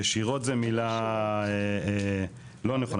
ישירות זה מילה לא נכונה.